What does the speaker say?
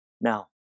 Now